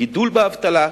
גידול באבטלה,